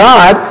God